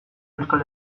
euskal